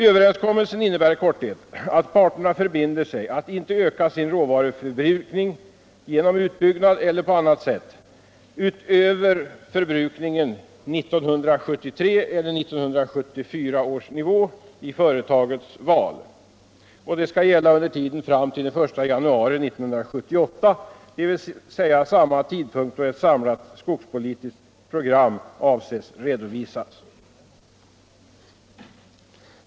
Överenskommelsen innebär i korthet att parterna förbinder sig att inte genom utbyggnad eller på annat sätt öka sin råvaruförbrukning över 1973 eller 1974 års nivå. Detta skall gälla under tiden fram till den 1 januari 1978, dvs. den tidpunkt då ett samlat skogspolitiskt program skall redovisas.